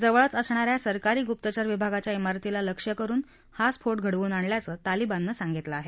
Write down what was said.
जवळच असणाऱ्या सरकारी गुप्तचर विभागाच्या रतीला लक्ष्य करून हा स्फोट घडवून आणल्याचं तालिबाननं सांगितलं आहे